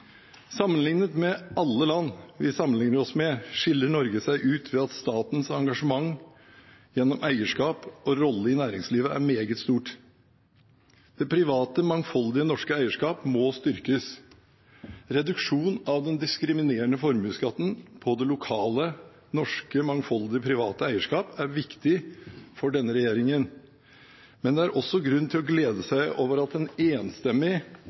seg ut ved at statens engasjement gjennom eierskap og rolle i næringslivet er meget stort. Det private mangfoldige norske eierskap må styrkes. Reduksjon av den diskriminerende formuesskatten på det lokale norske mangfoldige private eierskap er viktig for denne regjeringen, men det er grunn til å glede seg over at en enstemmig